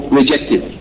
rejected